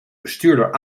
bestuurder